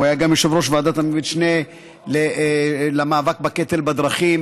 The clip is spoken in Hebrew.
הוא היה גם יושב-ראש ועדת המשנה למאבק בקטל בדרכים,